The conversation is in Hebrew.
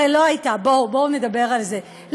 בואו נדבר על זה,